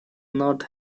not